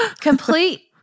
complete